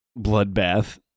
bloodbath